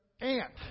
aunt